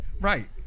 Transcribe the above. Right